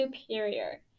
superior